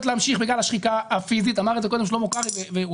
להמשיך בגלל השחיקה הפיזית אמר את זה קודם שלמה קרעי והוא